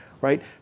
right